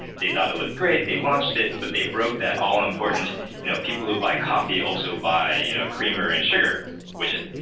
they thought it looked great. they launched it, but they broke that all-important you know people will buy coffee also by you know creamer and sugar widget.